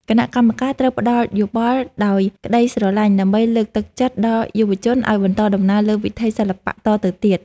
គណៈកម្មការត្រូវផ្ដល់យោបល់ដោយក្ដីស្រឡាញ់ ដើម្បី លើកទឹកចិត្តដល់យុវជនឱ្យបន្តដំណើរលើវិថីសិល្បៈតទៅទៀត។